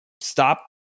stop